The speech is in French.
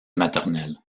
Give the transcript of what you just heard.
maternelle